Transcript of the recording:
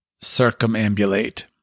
circumambulate